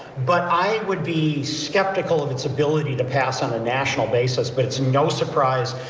but i would be skeptical of its ability to pass on a national basis but it's no surprise,